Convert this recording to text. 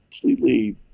completely